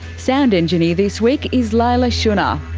sound engineer this week is leila shunnar,